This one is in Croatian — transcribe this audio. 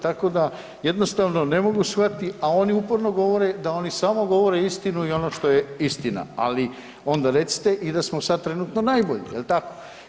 Tako da jednostavno ne mogu shvatiti, a oni uporno govore da oni samo govore istinu i ono što je istina, ali onda recite i da smo sad trenutno najbolji jel tako.